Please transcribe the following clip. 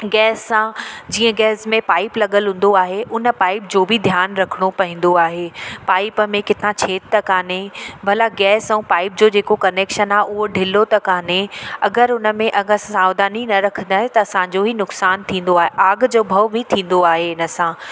gas सां जीअं gas में पाइप लॻल हूंदो आहे उन पाइप जो बि ध्यानु रखिणो पवंदो आहे पाइप में किथां छेद त कान्हे भला गैस ऐं पाइप जो जेको कनैक्शन आहे उहो ढिलो त कान्हे अगरि उन में अगरि सावधानी न रखंदा त असांजो ई नुक़सानु थींदो आहे आग जो भउ बि थींदो आहे हिन सां